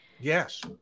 Yes